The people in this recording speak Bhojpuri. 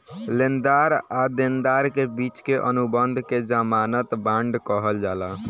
लेनदार आ देनदार के बिच के अनुबंध के ज़मानत बांड कहल जाला